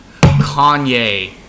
Kanye